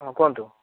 ହଁ କୁହନ୍ତୁ